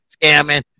scamming